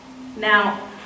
Now